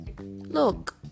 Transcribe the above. Look